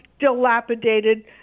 dilapidated